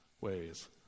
ways